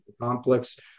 complex